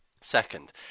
Second